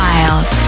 Wild